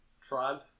tribe